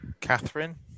Catherine